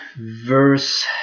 verse